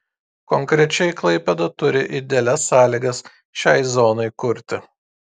konkrečiai klaipėda turi idealias sąlygas šiai zonai kurti